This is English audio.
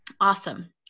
Awesome